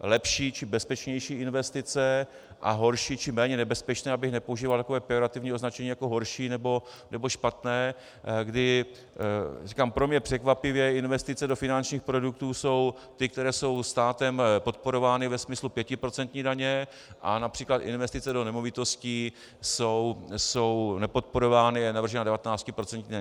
lepší či bezpečnější investice a horší či méně nebezpečné, abych nepoužíval takové pejorativní označení jako horší nebo špatné, kdy říkám, pro mě překvapivě investice do finančních produktů jsou ty, které jsou státem podporovány ve smyslu pětiprocentní daně, a například investice do nemovitostí jsou nepodporovány a je navržena 19procentní daň.